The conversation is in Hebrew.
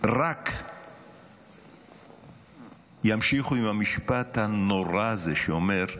רק ימשיכו עם המשפט הנורא הזה שאומר: